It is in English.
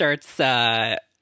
starts –